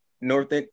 North